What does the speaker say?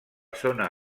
zona